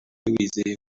wizeye